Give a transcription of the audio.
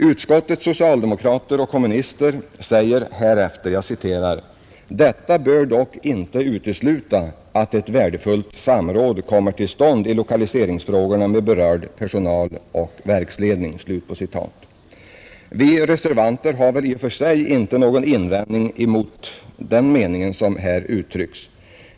Utskottets socialdemokrater och kommunister säger härefter: ”Detta bör dock inte utesluta att ett värdefullt samråd kommer till stånd i lokaliseringsfrågorna med berörd personal och verksledning.” Vi reservanter har väl i och för sig inte någon invändning emot den mening som här uttrycks.